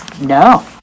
No